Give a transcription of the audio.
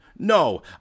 No